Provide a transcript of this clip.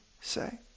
say